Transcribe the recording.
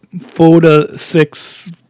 four-to-six